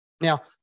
Now